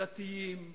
דתיים,